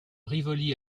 rivoli